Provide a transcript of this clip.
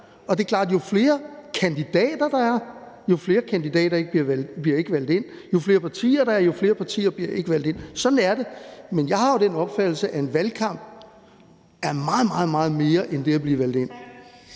og det er klart, at jo flere kandidater der er, jo flere kandidater bliver ikke valgt ind, og at jo flere partier der er, jo flere partier bliver ikke valgt ind. Sådan er det, men jeg har den opfattelse, at en valgkamp er meget, meget mere end det at blive valgt ind.